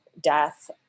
death